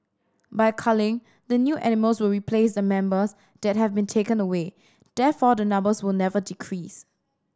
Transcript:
by culling the new animals will replace the numbers that have been taken away therefore the numbers will never decrease